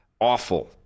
awful